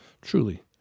Truly